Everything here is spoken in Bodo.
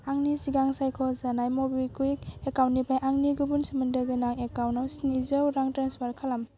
आंनि सिगां सायख'खानाय मबिक्वुइक एकाउन्टनिफ्राय आंनि गुबुन सोमोन्नोदो गोनां एकाउन्टाव स्निजौ रां ट्रेन्सफार खालाम